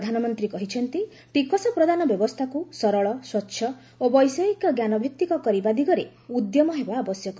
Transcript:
ପ୍ରଧାନମନ୍ତ୍ରୀ କହିଛନ୍ତି ଟିକସ ପ୍ରଦାନ ବ୍ୟବସ୍ଥାକୁ ସରଳ ସ୍ୱଚ୍ଛ ଓ ବୈଷୟିକଜ୍ଞାନ ଭିତ୍ତିକ କରିବା ଦିଗରେ ଉଦ୍ୟମ ହେବା ଆବଶ୍ୟକ